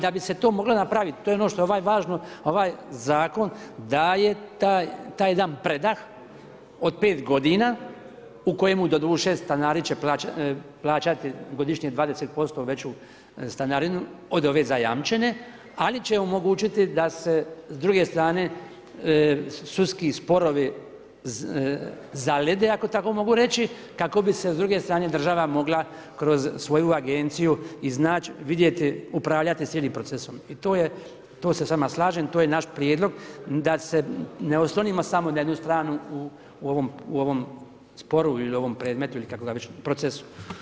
Da bi se to moglo napraviti, to je ono što važno, ovaj Zakon daje taj jedan predah od 5 godina u kojemu doduše stanari će plaćati godišnje 20% veću stanarinu od ove zajamčene ali će omogućiti da se s druge strane sudski sporovi zalede ako tako mogu reći, kako bi se s druge strane država mogla kroz svoju agenciju iznaći, vidjeti, upravljati cijelim procesom i to je, to se s vama slažem, to je naš prijedlog da se ne oslonimo samo na jednu stranu u ovom sporu ili u ovom predmetu ili kako ga već, procesu.